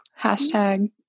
hashtag